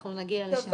אנחנו נגיע לשם.